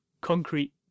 concrete